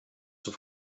zur